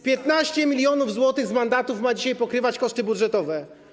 15 mln zł z mandatów ma dzisiaj pokrywać koszty budżetowe.